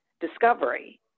discovery